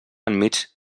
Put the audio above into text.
enmig